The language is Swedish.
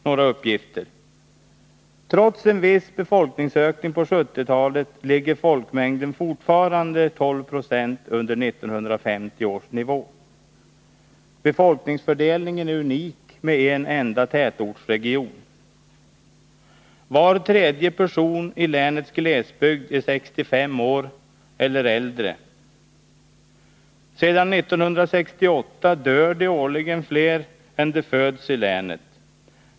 Några uppgifter: Trots en viss befolkningsökning på 1970-talet ligger folkmängden fortfarande 12 26 under 1950 års nivå. Befolkningsfördelningen är unik, med en enda tätortsregion. Sedan 1968 dör det årligen fler än som föds i länet.